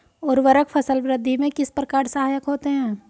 उर्वरक फसल वृद्धि में किस प्रकार सहायक होते हैं?